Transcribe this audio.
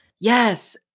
Yes